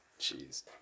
Jeez